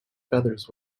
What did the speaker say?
feathers